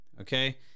okay